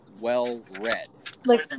well-read